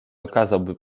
okazałby